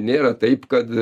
nėra taip kad